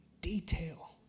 detail